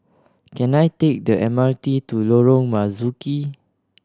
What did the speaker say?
can I take the M R T to Lorong Marzuki